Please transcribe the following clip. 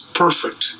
perfect